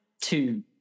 two